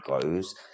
goes